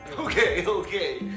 ok. ok.